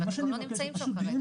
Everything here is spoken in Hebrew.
ואנחנו לא נמצאים שם כרגע.